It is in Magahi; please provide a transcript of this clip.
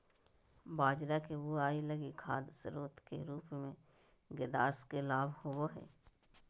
बाजरा के बुआई लगी खाद स्रोत के रूप में ग्रेदास के लाभ होबो हइ